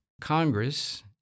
Congress